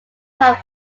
have